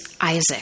Isaac